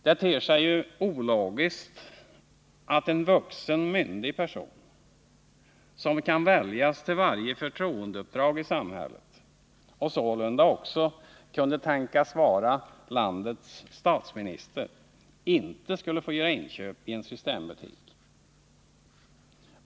Det ter sig ju ologiskt att en vuxen myndig person, som kan väljas till varje förtroendeuppdrag i samhället och sålunda också kunde tänkas vara landets statsminister, inte skall få göra inköp i en systembutik.